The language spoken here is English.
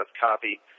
copy